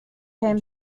ham